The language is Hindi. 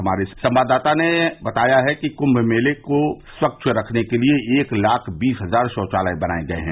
हमारे संवाददाता ने बताया कि क्म को स्वच्छ रखने के लिए एक लाख बीस हजार शौचालय बनाए गये हैं